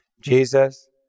Jesus